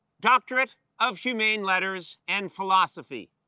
doctorate of humane letters and philosophy.